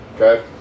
okay